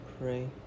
Pray